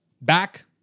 back